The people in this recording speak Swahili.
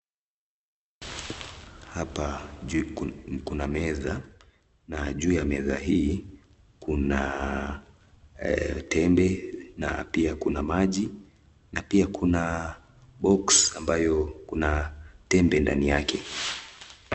Hapa juu kuna meza, na juu ya meza hii kuna tembe na pia kuna maji na pia box ambayo kuna tembe ndani yake.